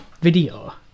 video